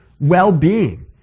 well-being